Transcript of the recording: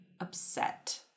upset